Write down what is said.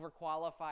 overqualified